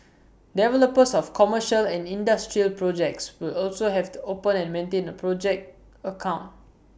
developers of commercial and industrial projects will also have to open and maintain A project account